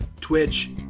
Twitch